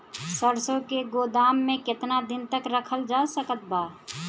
सरसों के गोदाम में केतना दिन तक रखल जा सकत बा?